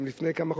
לפני כמה חודשים,